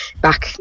back